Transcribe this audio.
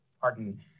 pardon